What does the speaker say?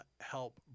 help